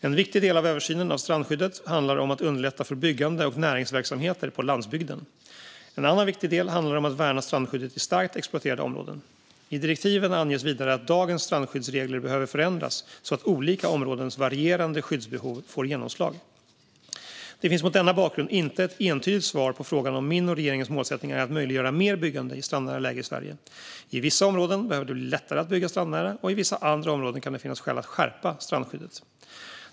En viktig del av översynen av strandskyddet handlar om att underlätta för byggande och näringsverksamheter på landsbygden. En annan viktig del handlar om att värna strandskyddet i starkt exploaterade områden. I direktiven anges vidare att dagens strandskyddsregler behöver förändras så att olika områdens varierande skyddsbehov får genomslag. Det finns mot denna bakgrund inte ett entydigt svar på frågan om min och regeringens målsättning är att möjliggöra mer byggande i strandnära läge i Sverige - i vissa områden behöver det bli lättare att bygga strandnära, och i vissa andra områden kan det finnas skäl att skärpa strandskyddet.